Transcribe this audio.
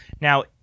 Now